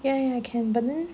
ya ya ya can but then